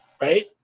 right